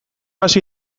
hasi